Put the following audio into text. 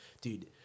dude